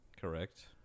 Correct